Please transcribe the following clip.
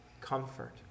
comfort